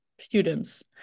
students